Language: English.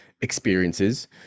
experiences